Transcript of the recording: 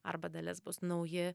arba dalis bus nauji